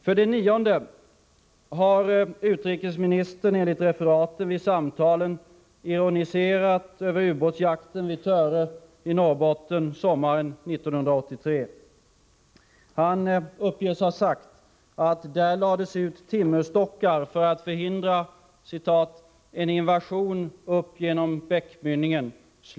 För det nionde har utrikesministern enligt referaten vid samtalen ironiserat över ubåtsjakten vid Töre i Norrbotten sommaren 1983. Han uppges ha sagt att där lades ut timmerstockar för att förhindra ”en invasion upp genom bäckmynningen”.